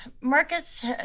markets